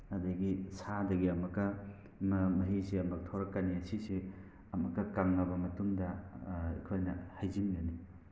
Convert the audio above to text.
ꯑꯗꯒꯤ ꯁꯥꯗꯒꯤ ꯑꯃꯨꯛꯀꯥ ꯃꯍꯤꯁꯦ ꯑꯃꯨꯛ ꯊꯣꯔꯛꯀꯅꯤ ꯁꯤꯁꯦ ꯑꯃꯨꯛꯀꯥ ꯀꯪꯂꯕ ꯃꯇꯨꯡꯗ ꯑꯩꯈꯣꯏꯅ ꯍꯩꯖꯤꯟꯒꯅꯤ